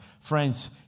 Friends